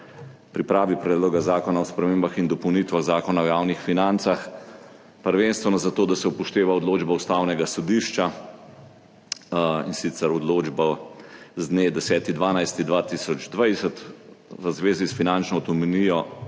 pripravi Predloga zakona o spremembah in dopolnitvah Zakona o javnih financah, prvenstveno za to, da se upošteva odločba Ustavnega sodišča, in sicer odločba z dne 10. 12. 2020, v zvezi s finančno avtonomijo